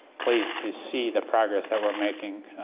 pleased to see the progress that we're making,